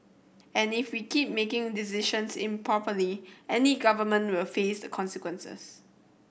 and if we keep making decisions improperly any government will face the consequences